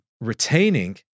retaining